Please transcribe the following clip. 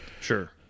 sure